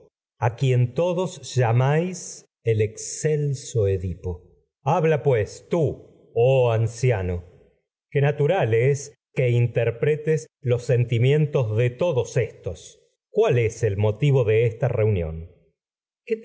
a quien todos llamáis el excelso habla pues tú oh anciano que natural es interpretes motivo los sentimientos de todos éstos reunión cuál de el de esta